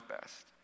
best